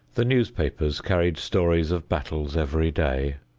the newspapers carried stories of battles every day,